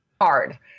hard